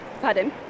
Pardon